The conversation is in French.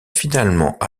finalement